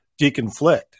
deconflict